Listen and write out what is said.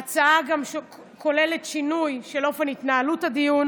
ההצעה גם כוללת שינוי של אופן התנהלות הדיון